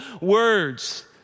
words